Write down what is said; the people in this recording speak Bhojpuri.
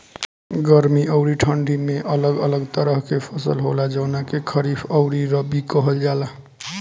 गर्मी अउरी ठंडी में अलग अलग तरह के फसल होला, जवना के खरीफ अउरी रबी कहल जला